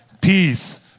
peace